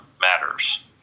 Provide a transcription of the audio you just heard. matters